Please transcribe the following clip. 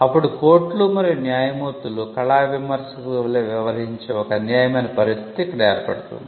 అప్పుడు కోర్ట్లు మరియు న్యాయమూర్తులు కళా విమర్శకుల వలే వ్యవహరించే ఒక అన్యాయమైన పరిస్థితి ఇక్కడ ఏర్పడుతుంది